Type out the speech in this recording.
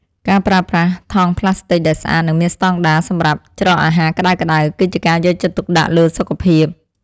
ការប្រើប្រាស់ថង់ប្លាស្ទិកដែលស្អាតនិងមានស្តង់ដារសម្រាប់ច្រកអាហារក្តៅៗ គឺជាការយកចិត្តទុកដាក់លើសុខភាព។